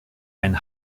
ein